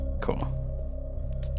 cool